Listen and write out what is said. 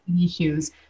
issues